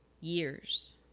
years